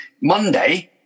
Monday